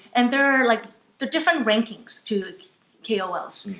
and there're like but different rankings to kols,